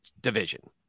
division